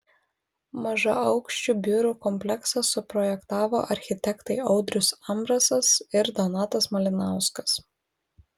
mažaaukščių biurų kompleksą suprojektavo architektai audrius ambrasas ir donatas malinauskas